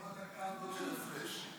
לא בדקה הזאת של הפרש.